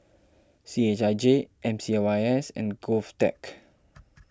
C H I J M C Y S and Govtech